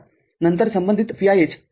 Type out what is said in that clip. नंतर संबंधित VIH ३